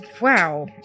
wow